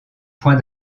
point